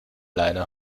leine